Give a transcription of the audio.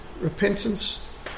Repentance